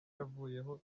yavuyeho